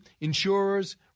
insurers